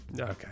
okay